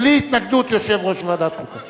בלי התנגדות יושב-ראש ועדת חוקה.